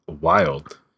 wild